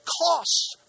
costs